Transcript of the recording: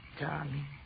Darling